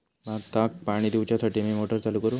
भाताक पाणी दिवच्यासाठी मी मोटर चालू करू?